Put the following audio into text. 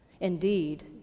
Indeed